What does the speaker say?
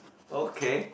okay